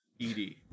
ed